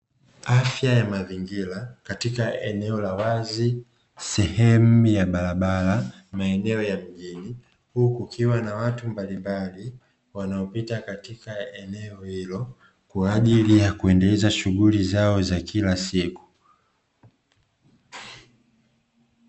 Afya ya mazingira katika eneo la wazi, sehemu ya barabara maeneo ya mjini, huku kukiwa na watu mbalimbali wanaopita katika eneo hilo, kwa ajili ya kuendeleza shughuli zao za kila siku.